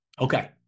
Okay